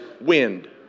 wind